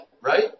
right